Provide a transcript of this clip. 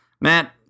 Matt